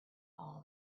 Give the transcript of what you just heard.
all